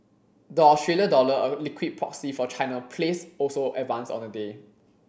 the Australia dollar a liquid proxy for China plays also advanced on the day